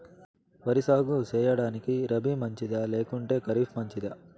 వరి సాగు సేయడానికి రబి మంచిదా లేకుంటే ఖరీఫ్ మంచిదా